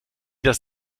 das